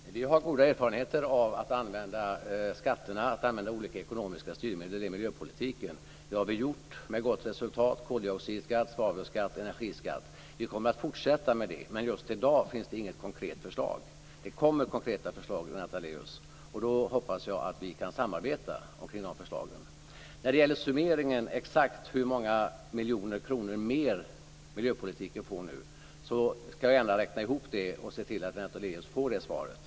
Fru talman! Vi har goda erfarenheter av att använda skatterna och av att använda olika ekonomiska styrmedel i miljöpolitiken. Det har vi gjort med gott resultat. Det gäller koldioxidskatt, svavelskatt och energiskatt. Vi kommer att fortsätta med det. Men just i dag finns det inget konkret förslag. Det kommer konkreta förslag, Lennart Daléus. Då hoppas jag att vi kan samarbeta omkring de förslagen. När det gäller summeringen och exakt hur många miljoner kronor mer miljöpolitiken får nu skall jag gärna räkna ihop det och se till att Lennart Daléus får svaret.